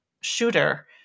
shooter